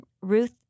Ruth